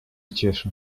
cieszę